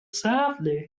softly